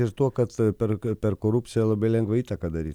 ir tuo kad per per korupciją labai lengvai įtaką daryt